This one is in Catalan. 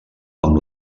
amb